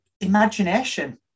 Imagination